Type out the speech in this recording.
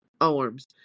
arms